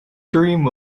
dream